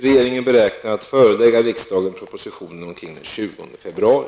Regeringen beräknar att förelägga riksdagen propositionen omkring den 20 februari.